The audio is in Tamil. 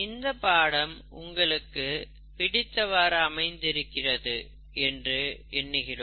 இந்த பாடம் உங்களுக்கு பிடித்தவாறு அமைந்திருக்கிறது என்று எண்ணுகிறோம்